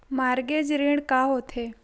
Mortgage ऋण का होथे?